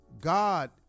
God